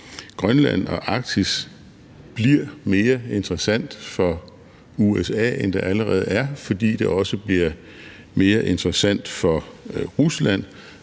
Grønland og Arktis som område bliver mere interessant for USA, end det allerede er, fordi det også bliver mere interessant for Rusland